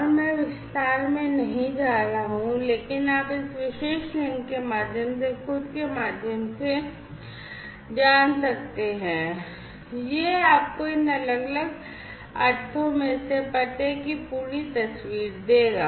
और मैं विस्तार में नहीं जा रहा हूँ लेकिन आप इस विशेष लिंक के माध्यम से खुद के माध्यम से जा सकते हैं यह आपको इन अलग अलग अर्थों में से प्रत्येक की पूरी तस्वीर देगा